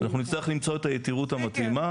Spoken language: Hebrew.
אנחנו נצטרך למצוא את היתירות המתאימה